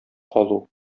калу